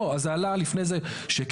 לא, זה עלה לפני זה שכן.